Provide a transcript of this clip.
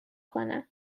کنم